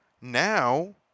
now